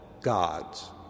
God's